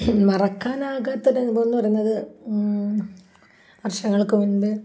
മറക്കാനാകാത്തൊരു അനുഭവമെന്നു പറയുന്നതു വർഷങ്ങൾക്കുമുൻപ്